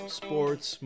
sports